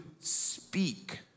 speak